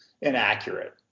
inaccurate